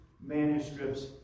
manuscripts